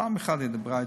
פעם אחת היא דיברה אתי.